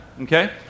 okay